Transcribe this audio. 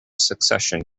succession